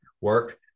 work